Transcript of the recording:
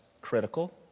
critical